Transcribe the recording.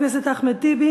חבר הכנסת אחמד טיבי